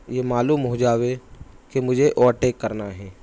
یہ معلوم ہو جاوے کہ مجھے اوورٹیک کرنا ہے